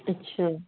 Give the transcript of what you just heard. अच्छा